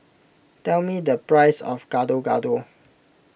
tell me the price of Gado Gado